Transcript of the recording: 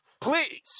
Please